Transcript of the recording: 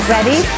Ready